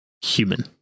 human